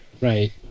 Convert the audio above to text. Right